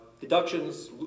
deductions